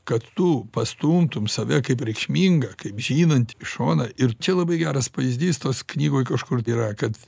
kad tu pastumtum save kaip reikšmingą kaip žinantį į šoną ir čia labai geras pavyzdys tos knygoj kažkur yra kad